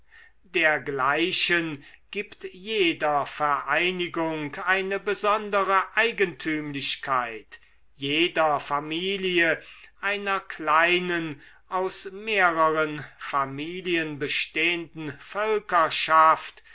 dergleichen gibt jeder vereinigung eine besondere eigentümlichkeit jeder familie einer kleinen aus mehreren familien bestehenden